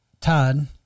Todd